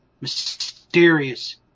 mysterious